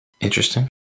Interesting